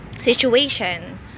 situation